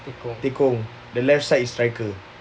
tekong the left side is striker